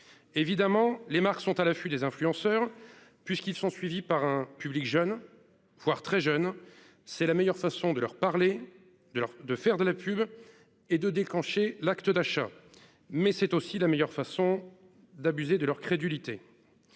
Évidemment les marques sont à l'affût des influenceurs puisqu'ils sont suivis par un public jeune, voire très jeune, c'est la meilleure façon de leur parler de leur, de faire de la pub et de déclencher l'acte d'achat mais c'est aussi la meilleure façon d'abusé de leur crédulité.